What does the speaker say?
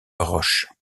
roche